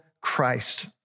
Christ